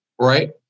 right